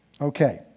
Okay